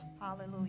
Hallelujah